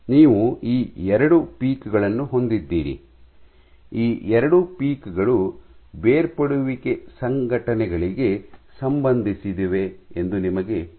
ನೀವು ಈ ಎರಡುಪೀಕ್ ಗಳನ್ನು ಹೊಂದಿದ್ದೀರಿ ಈ ಎರಡು ಪೀಕ್ ಗಳು ಬೇರ್ಪಡುವಿಕೆ ಘಟನೆಗಳಿಗೆ ಸಂಬಂಧಿಸಿವೆ ಎಂದು ನಿಮಗೆ ತಿಳಿದಿದೆ